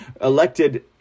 elected